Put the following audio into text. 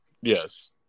Yes